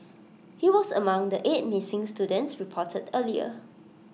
he was among the eight missing students reported earlier